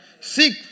Seek